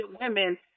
women